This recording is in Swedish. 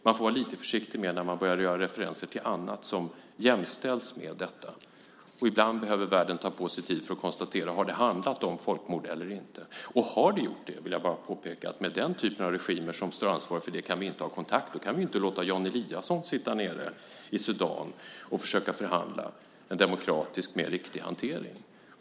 Man får vara lite försiktig när man börjar göra referenser till annat som jämställs med detta. Ibland behöver världen ta tid på sig för att konstatera om det har handlat om folkmord eller inte. Och jag vill bara påpeka att har det gjort det kan vi inte ha kontakt med den typen av regimer som står ansvariga för det. Då kan vi inte låta Jan Eliasson sitta nere i Sudan och försöka förhandla fram en demokratiskt mer riktig hantering.